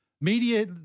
Media –